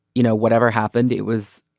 you know, whatever happened, it was.